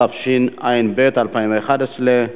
התשע"ב 2011,